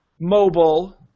mobile